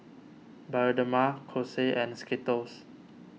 Bioderma Kose and Skittles